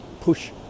push